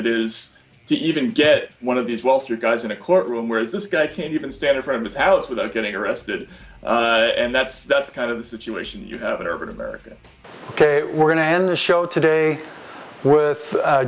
it is to even get one of these wall street guys in a courtroom where is this guy can't even stand in front of his house without getting arrested and that's that's kind of the situation you have in urban america ok we're going to end the show today with